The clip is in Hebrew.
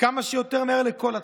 כמה שיותר מהר לכל הצרכים.